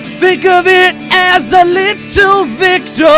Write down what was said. think of it as a little so victory,